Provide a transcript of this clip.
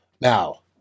now